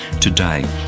today